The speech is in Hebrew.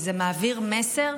זה מעביר מסר: